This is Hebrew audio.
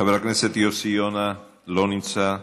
חבר הכנסת יוסי יונה, לא נמצא.